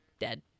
dead